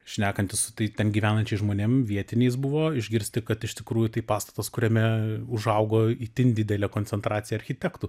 šnekantis ten gyvenančiais žmonėm vietiniais buvo išgirsti kad iš tikrųjų tai pastatas kuriame užaugo itin didelė koncentracija architektų